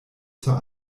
zur